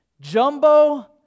Jumbo